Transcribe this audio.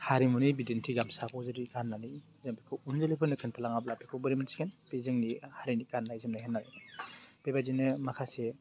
हारिमुनि बिदिन्थि गामसाखौ जुदि गाननानै जों बेखौ उनजोलैफोरनो खोन्थालाङाब्ला बेखौ बोरै मोनथिगोन बे जोंनि हारिनि गाननाय जोमनाय होननानै बेबायदिनो माखासे